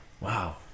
Wow